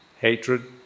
hatred